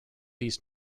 east